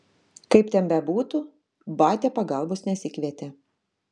kaip ten bebūtų batia pagalbos nesikvietė